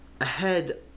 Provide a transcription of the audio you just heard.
ahead